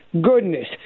goodness